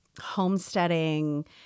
homesteading